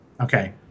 Okay